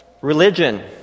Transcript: religion